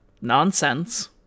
nonsense